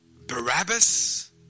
Barabbas